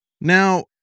Now